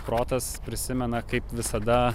protas prisimena kaip visada